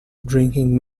drinking